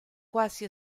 quasi